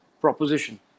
proposition